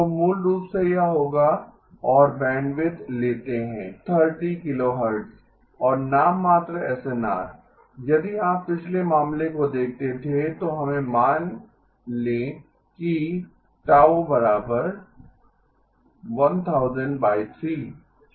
तो मूल रूप से यह होगा और बैंडविड्थ लेते हैं 30 kHz और नाममात्र एसएनआर यदि आप पिछले मामले को देखते थे तो हमें मान लें कि Γ ¿10003 ठीक है